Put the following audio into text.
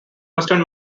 western